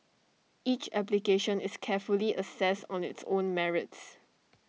each application is carefully assessed on its own merits